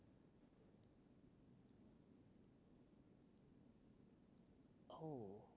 oh